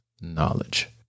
knowledge